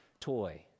toy